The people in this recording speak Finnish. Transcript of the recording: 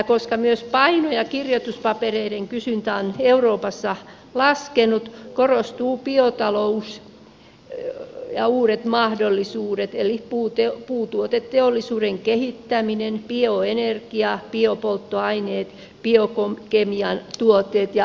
koska myös paino ja kirjoituspapereiden kysyntä on euroopassa laskenut korostuvat biotalous ja uudet mahdollisuudet eli puutuoteteollisuuden kehittäminen bioenergia biopolttoaineet biokemian tuotteet ja sellujalosteet